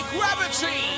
Gravity